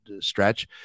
stretch